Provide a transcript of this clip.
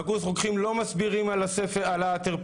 ובקורס רוקחים לא מסבירים על הטרפנים.